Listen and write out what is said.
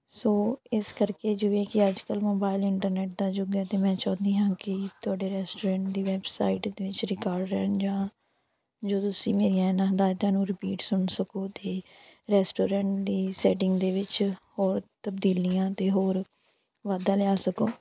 ਸੋ ਇਸ ਕਰਕੇ ਜਿਵੇਂ ਕਿ ਅੱਜ ਕੱਲ ਮੋਬਾਈਲ ਇੰਟਰਨੈਟ ਦਾ ਯੁੱਗ ਹੈ ਅਤੇ ਮੈਂ ਚਾਹੁੰਦੀ ਹਾਂ ਕਿ ਤੁਹਾਡੇ ਰੈਸਟੋਰੈਂਟ ਦੀ ਵੈਬਸਾਈਟ ਦੇ ਵਿੱਚ ਰਿਕਾਰਡ ਰਹਿਣ ਜਾਂ ਜਦੋਂ ਤੁਸੀਂ ਮੇਰੀਆਂ ਇਹਨਾਂ ਹਦਾਇਤਾਂ ਨੂੰ ਰਿਪੀਟ ਸੁਣ ਸਕੋ ਅਤੇ ਰੈਸਟੋਰੈਂਟ ਦੀ ਸੈਟਿੰਗ ਦੇ ਵਿੱਚ ਹੋਰ ਤਬਦੀਲੀਆਂ ਅਤੇ ਹੋਰ ਵਾਧਾ ਲਿਆ ਸਕੋ